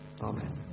Amen